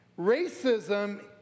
Racism